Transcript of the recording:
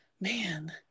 man